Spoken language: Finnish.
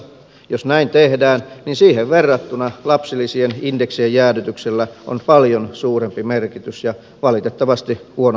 jos näin tehdään niin siihen verrattuna lapsilisien indeksien jäädytyksellä on paljon suurempi merkitys ja valitettavasti huonompaan suuntaan